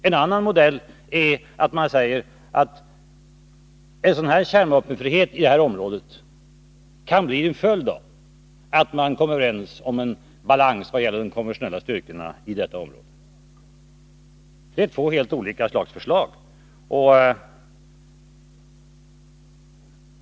En annan modell är att man säger att en sådan kärnvapenfrihet i detta område kan bli en följd av att man kommer överens om en balans vad gäller de konventionella styrkorna i detta område. Det är två helt olika slags förslag.